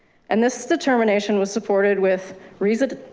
and this determination was supported with reason.